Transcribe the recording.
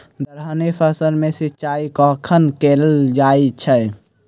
दलहनी फसल मे सिंचाई कखन कैल जाय छै?